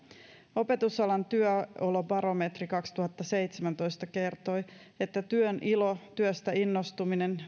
opetusalan työolobarometri kaksituhattaseitsemäntoista kertoi että työnilo työstä innostuminen